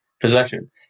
possession